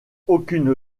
aucune